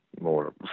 more